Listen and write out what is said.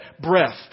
breath